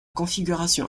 configuration